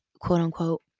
quote-unquote